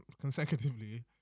consecutively